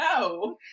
no